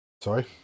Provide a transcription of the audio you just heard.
Sorry